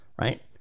right